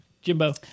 Jimbo